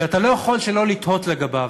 שאתה לא יכול שלא לתהות לגביו.